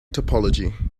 topology